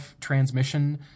transmission